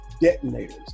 detonators